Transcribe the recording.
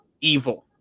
evil